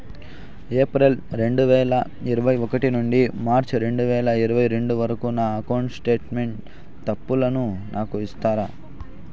April రెండు వేల ఇరవై ఒకటి నుండి మార్చ్ రెండు వేల ఇరవై రెండు వరకు నా అకౌంట్ స్టేట్మెంట్ తప్పులను నాకు ఇస్తారా?